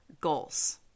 goals